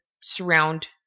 surround